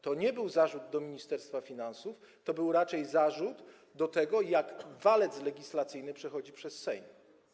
To nie był zarzut do Ministerstwa Finansów, to był raczej zarzut do tego, jaki walec legislacyjny przejeżdża przez Sejm.